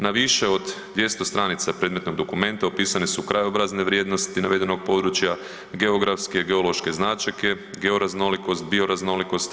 Na više od 200 stranica predmetnog dokumenta opisane su krajobrazne vrijednosti navedenog područja, geografske, geološke značajke, georaznolikost, bioraznolikost.